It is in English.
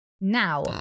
Now